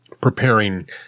preparing